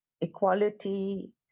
equality